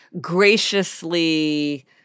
graciously